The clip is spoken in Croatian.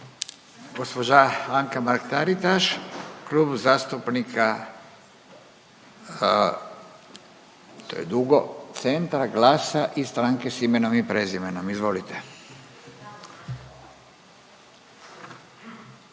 Gospođa Anka Mrak Taritaš, Klub zastupnika, to je dugo, Centra, Glasa i Stranke s imenom i prezimenom. Izvolite.